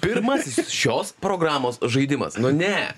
pirmasis šios programos žaidimas nu ne